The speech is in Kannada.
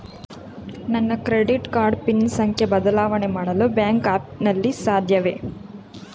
ನನ್ನ ಕ್ರೆಡಿಟ್ ಕಾರ್ಡ್ ಪಿನ್ ಸಂಖ್ಯೆ ಬದಲಾವಣೆ ಮಾಡಲು ಬ್ಯಾಂಕ್ ಆ್ಯಪ್ ನಲ್ಲಿ ಸಾಧ್ಯವೇ?